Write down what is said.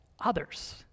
others